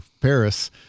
Paris